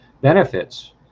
benefits